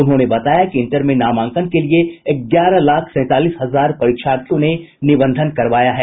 उन्होंने बताया कि इंटर में नामांकन के लिए ग्यारह लाख सैंतालीस हजार परीक्षार्थियों ने निबंधन कराया है